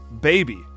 baby